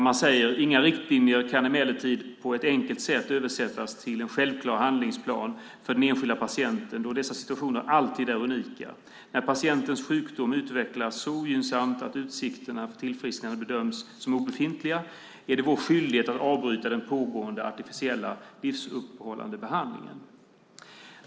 Man skriver: "Inga riktlinjer kan emellertid på ett enkelt sätt översättas till en självklar handlingsplan för den enskilda patienten, då dessa situationer alltid är unika. När patientens sjukdom utvecklas så ogynnsamt att utsikterna för tillfrisknande bedöms som obefintliga, är det vår skyldighet att avbryta den pågående artificiella livsuppehållande behandlingen."